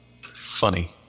Funny